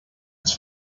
ens